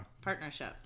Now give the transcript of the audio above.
partnership